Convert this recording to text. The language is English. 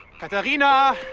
katharina?